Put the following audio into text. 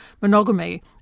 monogamy